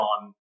on